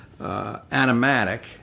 animatic